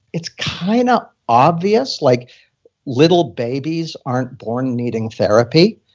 it's kind of obvious. like little babies aren't born needing therapy.